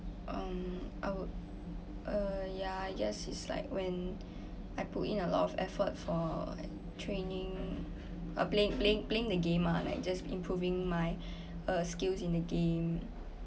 um I would uh yeah just is like when I put in a lot of effort for uh training or playing playing playing the game lah like just improving uh my skills in the game